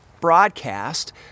broadcast